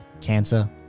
Cancer